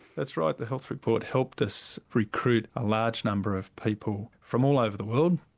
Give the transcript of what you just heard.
that's right, the health report helped us recruit a large number of people from all over the world.